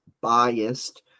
biased